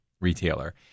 retailer